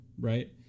right